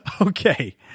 Okay